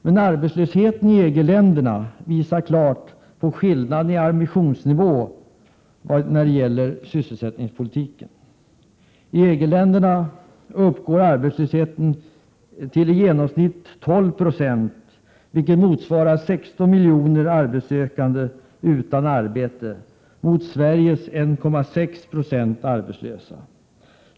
Men arbetslösheten i EG-länderna visar klart på skillnaden i ambitionsnivå när det gäller sysselsättningspolitiken. I EG-länderna uppgår arbetslösheten till i genomsnitt 12 96, vilket motsvarar 16 miljoner arbetssökande utan arbete, mot Sveriges 1,6 Yo arbetslösa.